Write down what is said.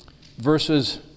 verses